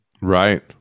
Right